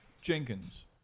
Jenkins